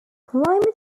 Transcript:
climate